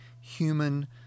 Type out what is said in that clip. human